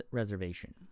reservation